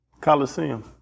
Coliseum